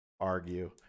argue